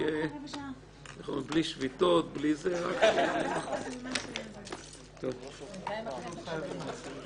בשעה 14:12.